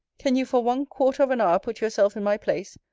can you for one quarter of an hour put yourself in my place,